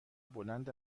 بلند